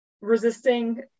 resisting